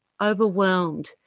overwhelmed